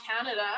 Canada